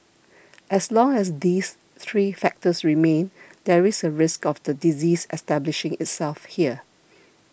as long as these three factors remain there is a risk of the disease establishing itself here